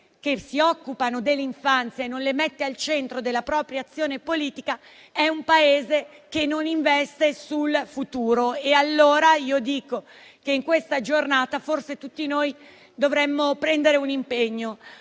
che si occupano dell'infanzia e non le mette al centro della propria azione politica è un Paese che non investe sul futuro. Allora dico che in questa Giornata forse tutti noi dovremmo prendere l'impegno